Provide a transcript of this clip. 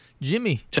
Jimmy